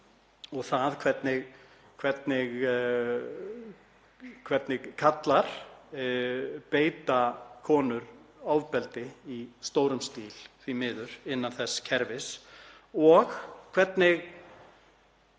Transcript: og því hvernig karlar beita konur ofbeldi í stórum stíl, því miður, innan þess kerfis og hvernig